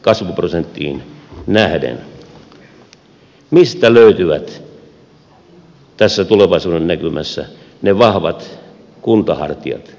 mistä löytyvät tässä tulevaisuudennäkymässä ne vahvat kuntahartiat